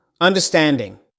Understanding